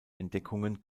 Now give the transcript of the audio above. entdeckungen